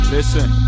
Listen